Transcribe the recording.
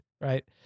right